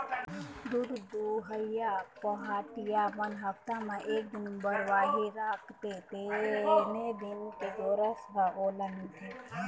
दूद दुहइया पहाटिया मन हप्ता म एक दिन बरवाही राखते तेने दिन के गोरस ह ओला मिलथे